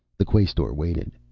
the quaestor waited.